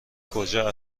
کجا